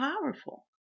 powerful